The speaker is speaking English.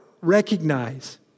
recognize